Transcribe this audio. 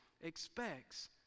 expects